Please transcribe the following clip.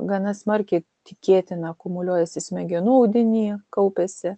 gana smarkiai tikėtina akumuliuojasi smegenų audinyje kaupiasi